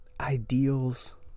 ideals